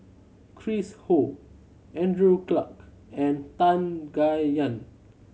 Chris Ho Andrew Clarke and Tan Gai Yan